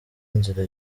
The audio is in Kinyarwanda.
nzira